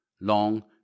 long